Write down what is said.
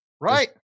Right